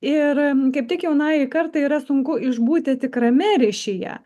ir kaip tik jaunajai kartai yra sunku išbūti tikrame ryšyje